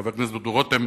חבר הכנסת דודו רותם,